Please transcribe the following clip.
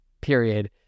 Period